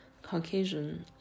Caucasian